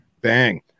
bang